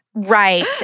Right